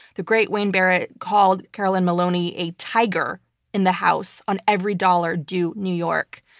the great wayne barrett called carolyn maloney a tiger in the house on every dollar due new york.